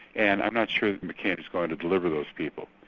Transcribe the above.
and i'm not sure that mccain is going to deliver those people.